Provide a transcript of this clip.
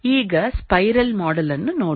ಈಗ spiral model ಅನ್ನು ನೋಡೋಣ